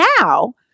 now